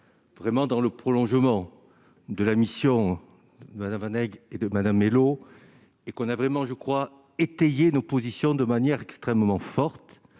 vraiment dans le prolongement de la mission madame et de Madame, Mellow et qu'on a vraiment, je crois, étayer nos positions de manière extrêmement forte